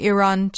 Iran